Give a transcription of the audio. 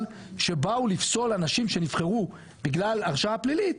שבאו לפסול אנשים שנבחרו בגלל הרשעה פלילית,